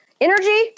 energy